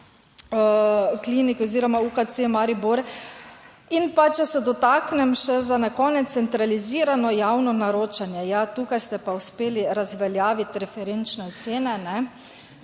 kliniki oziroma UKC Maribor. In pa, če se dotaknem še za na konec, centralizirano javno naročanje. Ja, tukaj ste pa uspeli razveljaviti referenčne ocene,